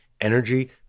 energy